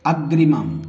अग्रिमम्